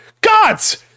gods